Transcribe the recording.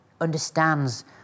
understands